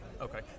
okay